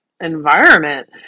environment